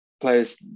players